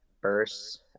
bursts